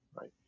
right